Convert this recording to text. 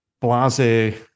blase